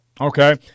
Okay